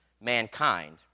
mankind